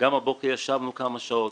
וגם הבוקר ישבנו כמה שעות.